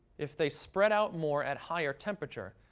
if they spread out more at higher temperature,